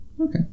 Okay